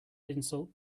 insult